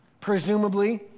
presumably